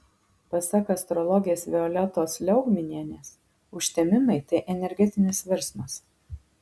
pasak astrologės violetos liaugminienės užtemimai tai energetinis virsmas